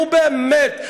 נו, באמת.